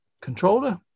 controller